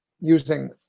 using